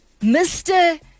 Mr